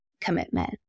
commitment